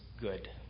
good